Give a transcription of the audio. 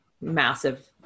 massive